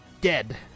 Dead